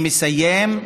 אני מסיים,